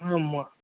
ஆமா